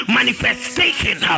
manifestation